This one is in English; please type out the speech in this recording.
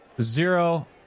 zero